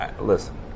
listen